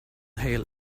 hail